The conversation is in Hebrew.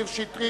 מאיר שטרית,